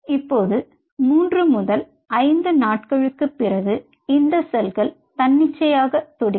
இப்போது 3 முதல் 5 நாட்களுக்குப் பிறகு இந்த செல்கள் தன்னிச்சையாக துடிக்கும்